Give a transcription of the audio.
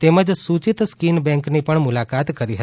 તેમજ સુચિત સ્કીન બેંકની પણ મુલાકાત કરી હતી